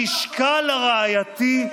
איפה המשקל הראייתי,